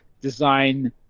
design